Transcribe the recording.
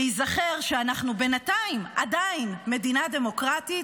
להיזכר שאנחנו בינתיים עדיין מדינה דמוקרטית,